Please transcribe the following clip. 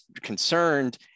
concerned